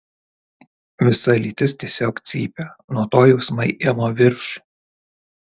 visa lytis tiesiog cypia nuo to jausmai ima viršų